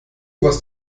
was